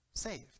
saved